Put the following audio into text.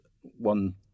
one